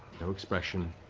no expression,